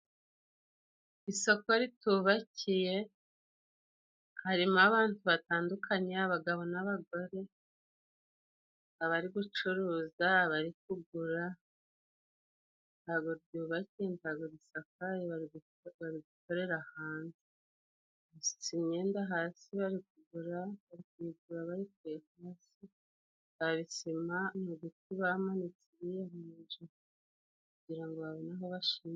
Isoko ritubakiye harimo abantu batandukanye. Abagabo n'abagore, abari gucuruza, abari kugura. Ntabwo ryubakiye, ntabwo risakaye, bari guko bari gukorera hanze. Basutse imyenda hasi bari kugura, bari kuyigura bayikuye Hasi. Nta bisima ni uduti bamanitse biyaranja kugira ngo babone aho bashira.